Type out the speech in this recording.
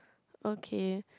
okay